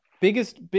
Biggest